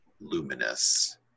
luminous